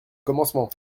commencement